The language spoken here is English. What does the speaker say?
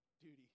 Duty